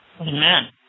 Amen